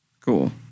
Cool